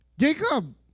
Jacob